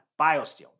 BioSteel